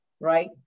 right